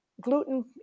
gluten